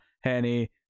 Henny